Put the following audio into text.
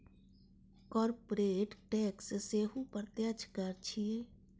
corporate tax सेहो प्रत्यक्ष कर छियै